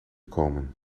komen